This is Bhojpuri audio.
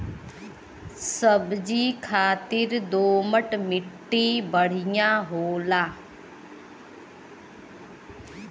सब्जी खातिर दोमट मट्टी बढ़िया होला